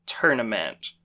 tournament